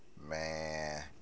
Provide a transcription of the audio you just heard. Man